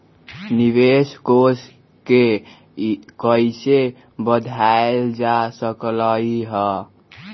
निवेश कोष के कइसे बढ़ाएल जा सकलई ह?